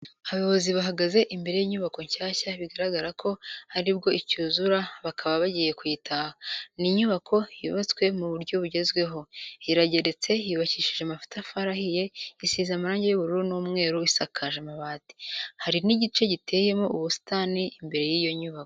Abayobozi bahagaze imbere y'inyubako nshyashya bigaragara ko aribwo icyuzura bakaba bagiye kuyitaha. Ni inyubako yubatswe mu buryo bugezweho , irageretse yubakishije amatafari ahiye isize amarangi y'ubururu n'umweru isakaje amabati, hari n'igice giteyemo ubusitani imbere y'iyo nyubako.